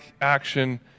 action